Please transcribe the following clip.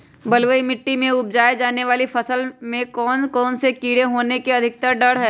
बलुई मिट्टी में उपजाय जाने वाली फसल में कौन कौन से कीड़े होने के अधिक डर हैं?